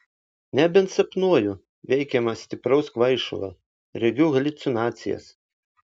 nebent sapnuoju veikiama stipraus kvaišalo regiu haliucinacijas